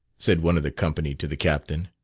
said one of the company to the captain.